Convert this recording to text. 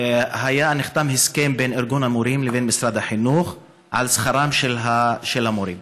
נחתם הסכם בין ארגון המורים לבין משרד החינוך על שכרם של המורים.